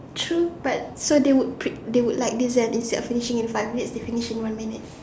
true but so they would they would like instead of finish in five minute they finish in one minute